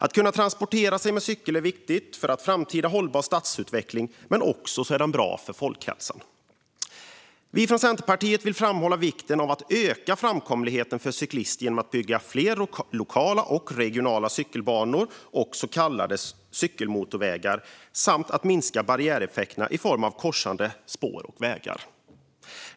Att kunna transportera sig med cykel är viktigt för en framtida hållbar stadsutveckling, och det är också bra för folkhälsan. Vi från Centerpartiet vill framhålla vikten av att öka framkomligheten för cyklister genom att bygga fler lokala och regionala cykelbanor och så kallade cykelmotorvägar och genom att minska barriäreffekter i form av korsande spår och vägar.